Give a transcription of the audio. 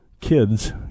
kids